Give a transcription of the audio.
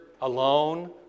alone